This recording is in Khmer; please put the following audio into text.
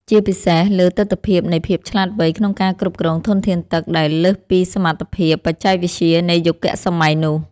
ជាពិសេសលើទិដ្ឋភាពនៃភាពឆ្លាតវៃក្នុងការគ្រប់គ្រងធនធានទឹកដែលលើសពីសមត្ថភាពបច្ចេកវិទ្យានៃយុគសម័យនោះ។